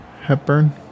Hepburn